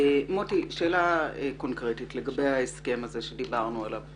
מוטי, שאלה קונקרטית לגבי ההסכם הזה שדיברנו עליו.